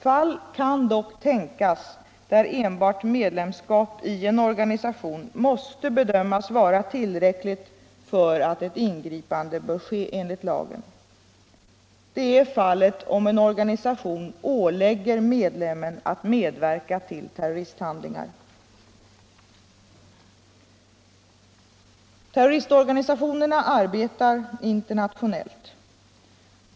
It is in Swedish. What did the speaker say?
Fall kan dock tänkas där enbart medlemskap i en organisation måste bedömas vara tillräckligt för att ett ingripande bör ske enligt lagen. Detta är fallet om organisationen ålägger medlemmen att medverka i terroristhandlingar. Terroristorganisationerna arbetar internationellt.